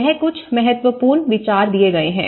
ये कुछ महत्वपूर्ण विचार दिए गए हैं